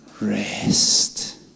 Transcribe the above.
rest